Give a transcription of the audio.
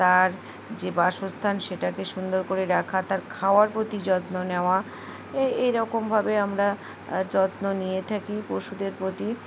তার যে বাসস্থান সেটাকে সুন্দর করে রাখা তার খাওয়ার প্রতি যত্ন নেওয়া এইরকমভাবে আমরা যত্ন নিয়ে থাকি পশুদের প্রতি